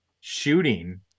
shooting